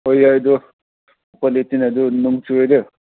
ꯍꯣꯏ ꯌꯥꯏ ꯑꯗꯨ ꯎꯄꯥꯏ ꯂꯩꯇꯦꯅꯦ ꯑꯗꯨ ꯅꯣꯡꯆꯨꯔꯗꯤ